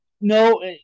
No